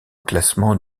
classement